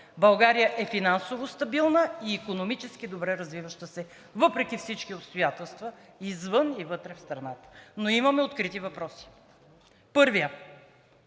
България е финансово стабилна и икономически добре развиваща се въпреки всички обстоятелства извън и вътре в страната, но имаме открити въпроси. Първият